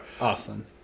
Awesome